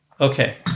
okay